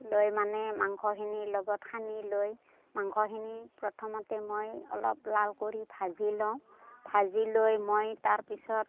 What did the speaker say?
লৈ মানে মাংসখিনিৰ লগত সানি লৈ মাংসখিনি প্ৰথমতে মই অলপ লাল কৰি ভাজি লওঁ ভাজি লৈ মই তাৰ পিছত